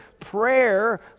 prayer